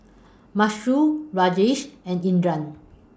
Mukesh Rajesh and Indira